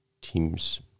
teams